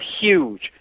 huge